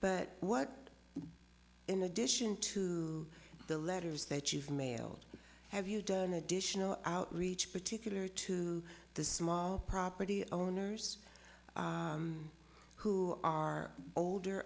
but what in addition to the letters that you've mailed have you done additional outreach particular to the small property owners who are older